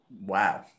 Wow